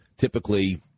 Typically